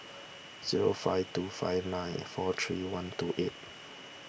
zero five two four nine four three one two eight